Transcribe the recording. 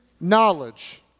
knowledge